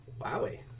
wowie